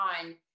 on